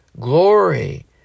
glory